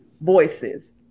voices